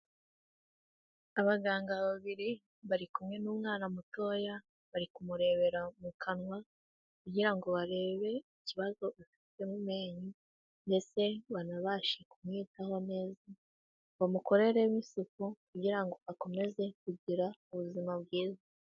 Abaganga babiri bari kumwe n'umwana mutoya bari kumurebera mu kanwa kugira ngo barebe ikibazo ufite mu menyo, mbese banabashe kumwitaho neza, bamukoreremo isuku kugira ngo akomeze kugira ubuzima bwiza.